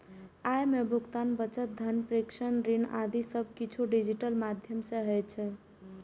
अय मे भुगतान, बचत, धन प्रेषण, ऋण आदि सब किछु डिजिटल माध्यम सं होइ छै